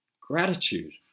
Gratitude